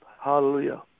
Hallelujah